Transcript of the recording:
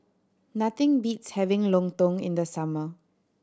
nothing beats having lontong in the summer